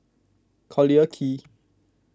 Collyer Quay